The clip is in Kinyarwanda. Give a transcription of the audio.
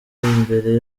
imbere